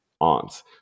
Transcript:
aunts